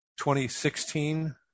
2016